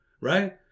right